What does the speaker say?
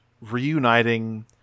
reuniting